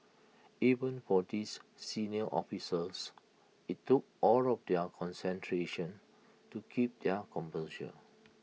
even for these senior officers IT took all of their concentration to keep their composure